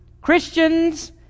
Christians